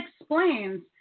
explains